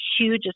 huge